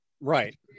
Right